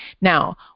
now